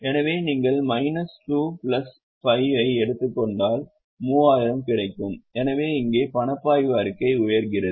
எனவே நீங்கள் minus 2 plus 5 ஐ எடுத்துக் கொண்டால் 3000 கிடைக்கும் எனவே இங்கே பணப்பாய்வு அறிக்கை உயர்கிறது